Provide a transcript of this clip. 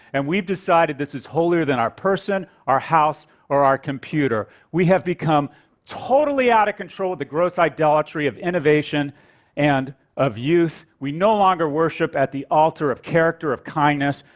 and we've decided this is holier than our person, our house or our computer. we have become totally out of control with the gross idolatry of innovation and of youth. we no longer worship at the altar of character, of kindness,